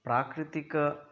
प्राकृतिकम्